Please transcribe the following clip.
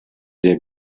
der